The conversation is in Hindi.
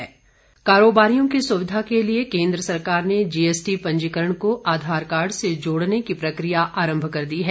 जीएसटी कारोबारियों की सुविधा के लिये सरकार ने जीएसटी पंजीकरण को आधार कार्ड से जोड़ने की प्रक्रिया आरंभ कर दी है